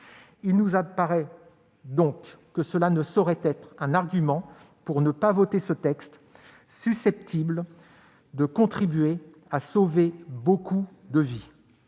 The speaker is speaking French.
il nous apparaît qu'elles ne sauraient être un argument pour ne pas voter ce texte susceptible de contribuer à sauver de nombreuses vies.